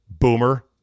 Boomer